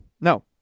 No